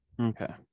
Okay